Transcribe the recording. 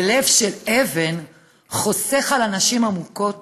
לב של אבן חוסך על הנשים המוכות